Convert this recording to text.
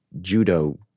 judo